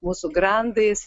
mūsų grandais